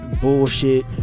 bullshit